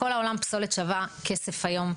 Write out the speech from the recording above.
בכל העולם פסולת שווה כסף היום,